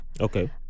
okay